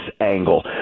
angle